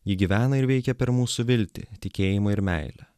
ji gyvena ir veikia per mūsų viltį tikėjimą ir meilę